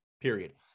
period